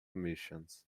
missions